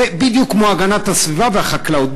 בדיוק כמו הגנת הסביבה והחקלאות,